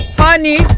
honey